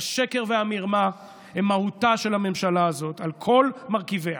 השקר והמרמה הם מהותה של הממשלה הזאת על כל מרכיבה.